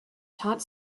taught